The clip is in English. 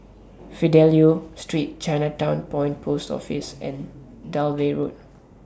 Fidelio Street Chinatown Point Post Office and Dalvey Road